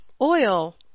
oil